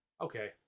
okay